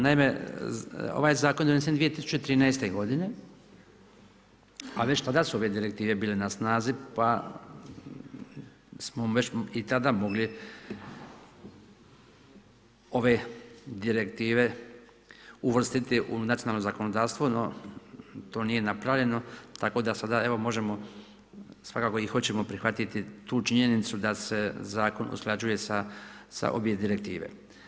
Naime, ovaj zakon je donesen 2013. godine, a već tada su ove direktive bile na snazi pa smo već i tada mogli ove direktive uvrstiti u nacionalno zakonodavstvo, no to nije napravljeno tako da sada možemo i svakako i hoćemo prihvatiti tu činjenicu da se zakon usklađuje sa obje direktive.